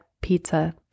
pizza